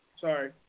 sorry